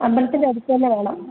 അമ്പലത്തിൻ്റെ അടുത്തു തന്നെ വേണം